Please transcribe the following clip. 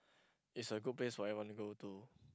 it's a good place for everyone to go to